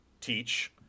teach